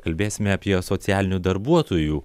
kalbėsime apie socialinių darbuotojų